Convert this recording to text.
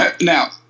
Now